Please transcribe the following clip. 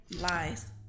lies